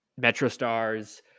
MetroStars